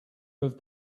have